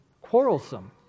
quarrelsome